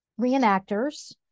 reenactors